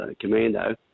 Commando